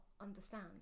understand